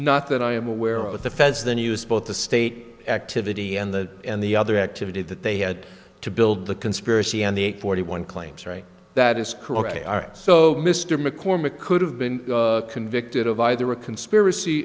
not that i am aware of the feds then use both the state activity and the and the other activity that they had to build the conspiracy and the forty one claims right that is correct so mr maccormack could have been convicted of either a conspiracy